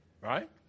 Right